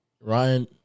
Ryan